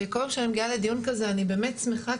בכל פעם שאני מגיעה לדיון כזה אני באמת שמחה,